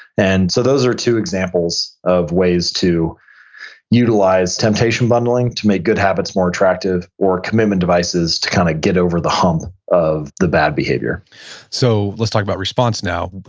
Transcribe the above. and so those are two examples of ways to utilize temptation bundling to make good habits more attractive or commitment devices to kind of get over the hump of the bad behavior so let's talk about response now.